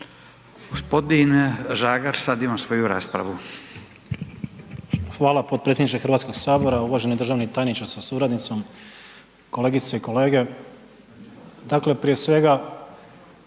G. Žagar sad ima svoju raspravu.